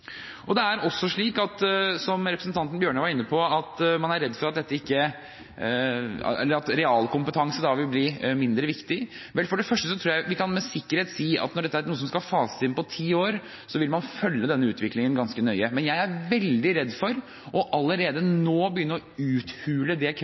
Det er også slik – som representanten Tynning Bjørnø var inne på – at man er redd for at realkompetanse vil bli mindre viktig. Vel, for det første tror jeg vi med sikkerhet kan si at når dette er noe som skal fases inn på ti år, vil man følge denne utviklingen ganske nøye. Men jeg er veldig redd for allerede nå å begynne å uthule det kravet som vi stiller til skoleeierne om å gi lærerne de har ansatt i sine skoler, det